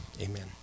amen